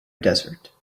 desert